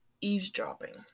eavesdropping